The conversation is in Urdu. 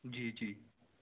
جی جی